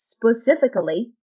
Specifically